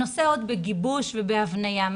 הנושא עוד בגיבוש ובהבניה.